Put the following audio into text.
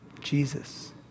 Jesus